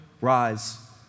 rise